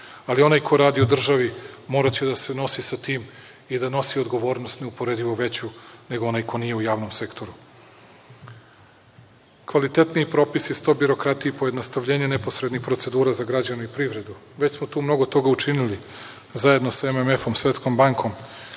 ali onaj ko radi u državi moraće da se nosi sa tim i da nosi odgovornost neuporedivo veću, nego onaj ko nije u javnom sektoru. Kvalitetniji propisi, stop birokratiji, pojednostavljenje neposrednih procedura za građane i privredu, već smo tu mnogo toga učinili, zajedno sa MMF, Svetkom bankom,